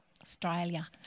Australia